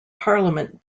parliament